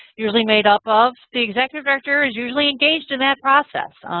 usually made up of the executive director is usually engaged in that process.